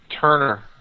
Turner